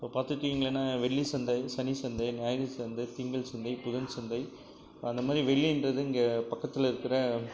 அப்போ பார்த்துருக்கீங்களானா வெள்ளி சந்தை சனி சந்தை ஞாயிறு சந்தை திங்கள் சந்தை புதன் சந்தை அந்த மாதிரி வெள்ளின்றது இங்கே பக்கத்தில் இருக்கிற